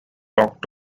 talked